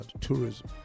Tourism